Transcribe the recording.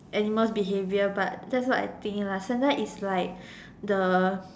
animal's behaviour but that's what I think lah Santa is like the